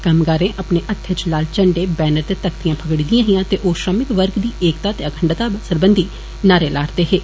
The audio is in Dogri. कम्मगारें अपने हत्थे च लाल झण्डे बैनर ते तख्तियां फगड़ी दियां हियां ते ओ श्रमिक वर्ग दी एकता ते अखण्डता बारे सरबंधी नारे ला'रदे हे